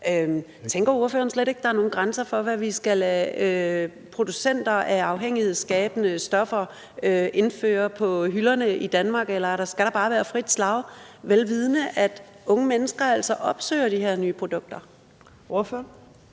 Tænker ordføreren slet ikke, at der er nogen grænser for, hvad vi skal lade producenter af afhængighedsskabende stoffer indføre på hylderne i Danmark, eller skal der bare været frit slag, vel vidende at unge mennesker altså opsøger de her nye produkter? Kl.